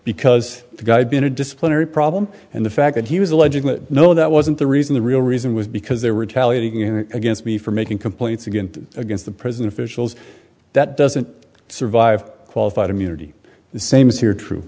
because the guy had been a disciplinary problem and the fact that he was alleging that no that wasn't the reason the real reason was because they were retaliating against me for making complaints again against the prison officials that doesn't survive qualified immunity the same as here true